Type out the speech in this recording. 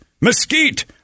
mesquite